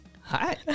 Hi